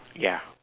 ya